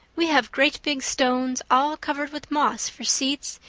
we have great big stones, all covered with moss, for seats,